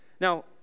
Now